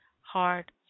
hard